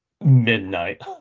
midnight